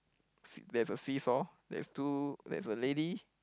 see there's a seesaw there's two there's a lady